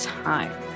time